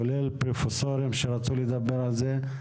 כולל פרופסורים שרצו לדבר על זה,